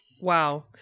Wow